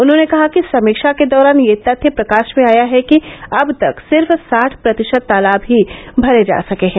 उन्होंने कहा कि समीक्षा के दौरान यह तथ्य प्रकाष में आया है कि अब तक सिर्फ साठ प्रतिषत तालाब ही भरे जा सके हैं